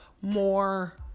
more